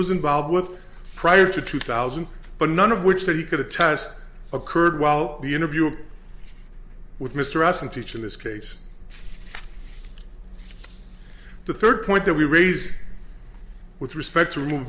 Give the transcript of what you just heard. was involved with prior to two thousand but none of which that he could attest occurred while the interview with mr s and teach in this case the third point that we raise with respect to remove